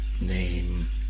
name